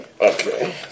Okay